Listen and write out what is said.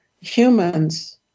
humans